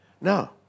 No